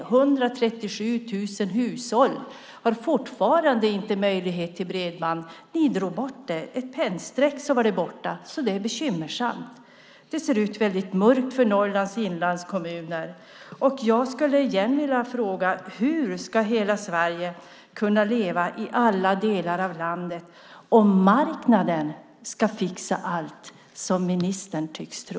137 000 hushåll har fortfarande inte möjlighet till bredband. Ni drog bort den. Ett pennstreck och den var borta. Det är bekymmersamt. Det ser väldigt mörkt ut för Norrlands inlandskommuner. Jag skulle igen vilja fråga: Hur ska hela Sverige, alla delar av landet, kunna leva om marknaden ska fixa allt, som ministern tycks tro?